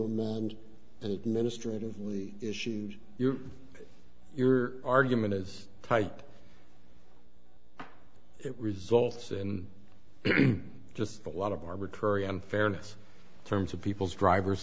the issues your argument is tight it results in just a lot of arbitrary unfairness terms of people's driver's